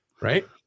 right